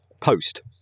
post